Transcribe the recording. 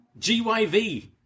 GYV